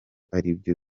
aribyo